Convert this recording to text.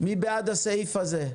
מי בעד הסעיף הזה?